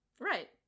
Right